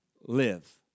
live